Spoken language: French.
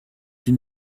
une